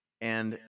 and-